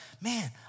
man